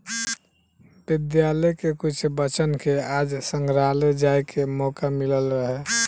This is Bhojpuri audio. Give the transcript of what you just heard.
विद्यालय के कुछ बच्चन के आज संग्रहालय जाए के मोका मिलल रहे